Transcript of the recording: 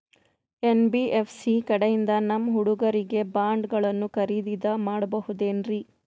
NBFC ಕಡೆಯಿಂದ ನಮ್ಮ ಹುಡುಗರಿಗೆ ಬಾಂಡ್ ಗಳನ್ನು ಖರೀದಿದ ಮಾಡಬಹುದೇನ್ರಿ?